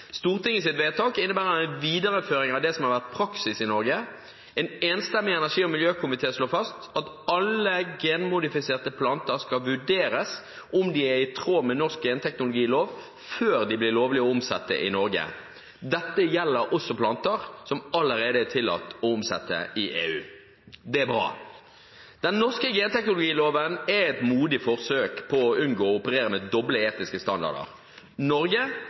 vedtak innebærer en videreføring av det som har vært praksis i Norge. En enstemmig energi- og miljøkomité slår fast at alle genmodifiserte planter skal vurderes – om de er i tråd med norsk genteknologilov – før de blir lovlige å omsette i Norge. Dette gjelder også planter som allerede er tillatt å omsette i EU. Det er bra. Den norske genteknologiloven er et modig forsøk på å unngå å operere med doble etiske